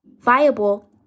viable